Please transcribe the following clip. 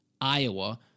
Iowa